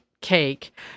cake